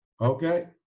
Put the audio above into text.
Okay